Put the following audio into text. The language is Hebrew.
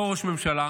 אותו ראש ממשלה